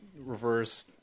reverse